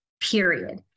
period